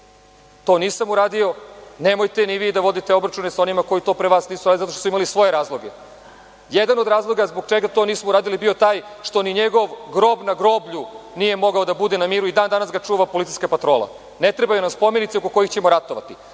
to nisam uradio. Nemojte ni vi da vodite obračune sa onima koji to pre vas nisu, valjda zato što su imali svoje razloge. Jedan od razloga zbog čega to nismo uradili bio je taj što ni njegov grob na groblju nije mogao da bude na miru, i dan-danas ga čuva policijska patrola. Ne trebaju nam spomenici oko kojih ćemo ratovati.